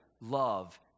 love